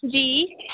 जी